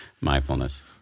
mindfulness